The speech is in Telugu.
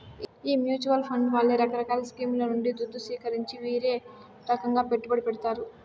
ఈ మూచువాల్ ఫండ్ వాళ్లే రకరకాల స్కీంల నుండి దుద్దు సీకరించి వీరే రకంగా పెట్టుబడి పెడతారు